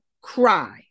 cry